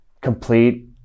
complete